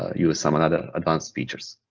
use some and other advanced features.